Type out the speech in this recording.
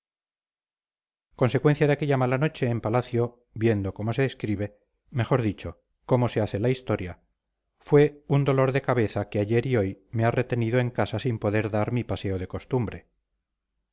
consecuencia de aquella mala noche en palacio viendo cómo se escribe mejor dicho cómo se hace la historia fue un dolor de cabeza que ayer y hoy me ha retenido en casa sin poder dar mi paseo de costumbre